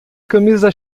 camisa